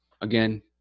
again